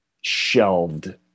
shelved